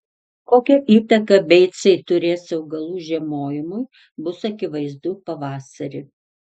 kokią įtaką beicai turės augalų žiemojimui bus akivaizdu pavasarį